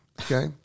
okay